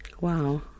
Wow